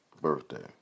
birthday